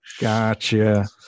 gotcha